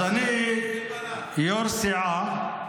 אז אני יו"ר סיעה,